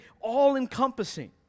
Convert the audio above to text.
all-encompassing